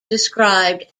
described